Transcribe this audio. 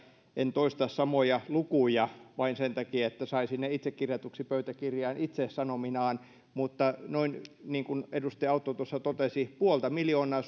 en toista samoja lukuja vain sen takia että saisin ne kirjatuksi pöytäkirjaan itse sanominani mutta niin kuin edustaja autto tuossa totesi noin puolta miljoonaa